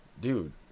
dude